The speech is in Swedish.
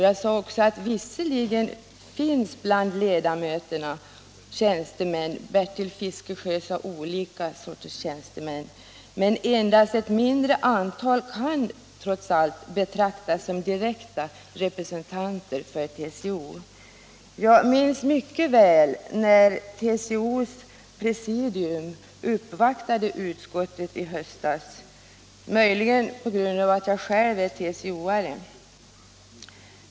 Jag sade också att det visserligen finns tjänstemän bland ledamöterna — Bertil Fiskesjö sade olika sorters tjänstemän — men endast ett mindre antal kan trots allt betraktas som direkta representanter för TCO. Jag minns mycket väl när TCO:s presidium i höstas uppvaktade utskottet, möjligen minns jag det på grund av att jag själv är TCO-are.